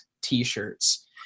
t-shirts